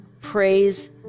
praise